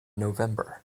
november